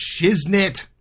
shiznit